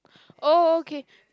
oh okay